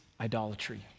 idolatry